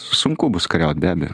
sunku bus kariaut be abejo